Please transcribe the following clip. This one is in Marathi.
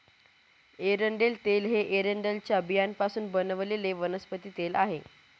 एरंडेल तेल हे एरंडेलच्या बियांपासून बनवलेले वनस्पती तेल आहे